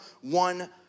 one